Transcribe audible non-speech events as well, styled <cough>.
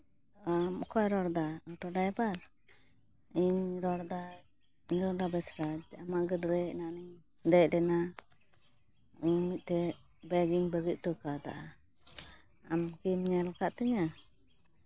ᱚᱠᱚᱭ ᱨᱚᱲᱫᱟ auto driver ᱤᱧ ᱨᱚᱲᱫᱟ <unintelligible> ᱵᱮᱥᱨᱟ ᱮᱱᱛᱮᱜ ᱟᱢᱟᱜ ᱜᱟᱹᱰᱤᱨᱮ ᱮᱱᱟᱱᱞᱤᱧ ᱫᱮᱡ ᱞᱮᱱᱟ ᱤᱧ ᱢᱤᱫᱴᱮᱡ ᱵᱮᱜᱽ ᱤᱧ ᱵᱟᱹᱜᱤ ᱦᱚᱴᱚ ᱠᱟᱣᱫᱟ ᱟᱢ ᱠᱤᱢ ᱧᱮᱞ ᱠᱟᱜ ᱛᱤᱧᱟ